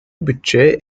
bütçeye